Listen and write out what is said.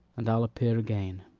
and i'll appear again.